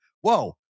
Whoa